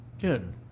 Good